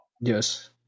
yes